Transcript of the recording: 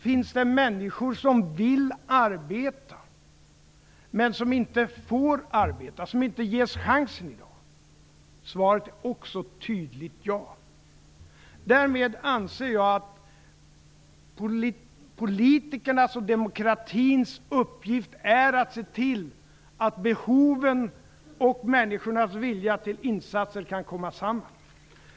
Finns det människor som vill arbeta men som inte får arbeta, som inte ges den chansen i dag? Svaret är också där ett tydligt ja. Därmed anser jag att politikernas och demokratins uppgift är att se till att behoven och människornas vilja till insatser kan komma samman.